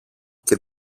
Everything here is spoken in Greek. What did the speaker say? και